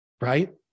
Right